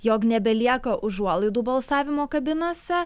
jog nebelieka užuolaidų balsavimo kabinose